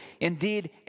Indeed